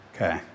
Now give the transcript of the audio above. Okay